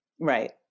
Right